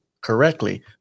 correctly